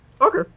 Okay